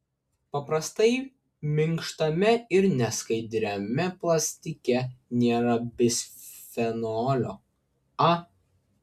paprastai minkštame ir neskaidriame plastike nėra bisfenolio a